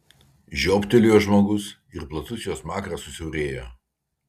žiobtelėjo žmogus ir platus jo smakras susiaurėjo